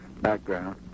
background